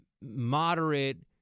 moderate